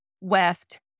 weft